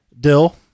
dill